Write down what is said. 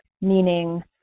meaning